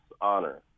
honor